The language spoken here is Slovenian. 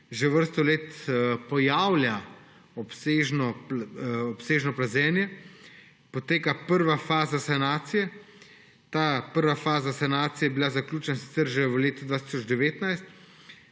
že vrsto let pojavlja obsežno plazenje, poteka prva faza sanacije. Ta prva faza sanacije je bila zaključena sicer že v letu 2019.